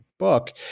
book